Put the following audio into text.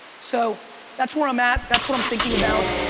so that's where i'm at, that's what i'm thinking about.